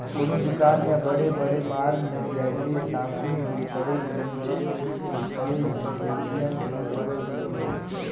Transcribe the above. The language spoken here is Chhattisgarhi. कोनो दुकान या बड़े बड़े मॉल में जायके सापिग के करई लेन देन के करे मे पेटीएम के बरोबर उपयोग होथे